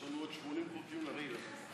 של חבר הכנסת יאיר לפיד לפני סעיף 1 לא נתקבלה.